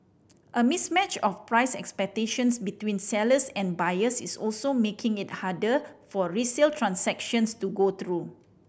a mismatch of price expectations between sellers and buyers is also making it harder for resale transactions to go through